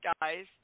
guys